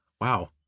wow